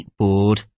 skateboard